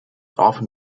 often